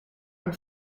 een